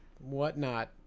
whatnot